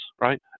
right